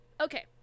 Okay